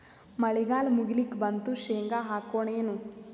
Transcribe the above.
ಮಳಿಗಾಲ ಮುಗಿಲಿಕ್ ಬಂತು, ಶೇಂಗಾ ಹಾಕೋಣ ಏನು?